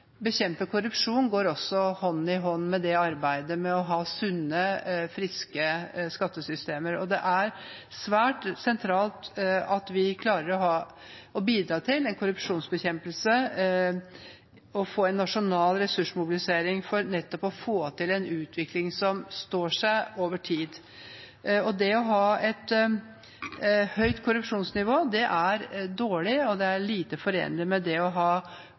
ha sunne, friske skattesystemer. Det er svært sentralt at vi klarer å bidra til korrupsjonsbekjempelse og får en nasjonal ressursmobilisering for nettopp å få til en utvikling som står seg over tid. Det å ha et høyt korrupsjonsnivå er dårlig, og det er lite forenlig med å ha